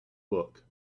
book